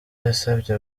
yasabye